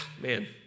man